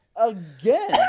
Again